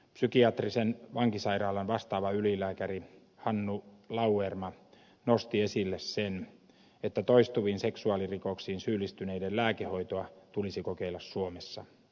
psykiatrisen vankisairaalan vastaava ylilääkäri hannu lauerma nosti esille sen että toistuviin seksuaalirikoksiin syyllistyneiden lääkehoitoa tulisi kokeilla suomessa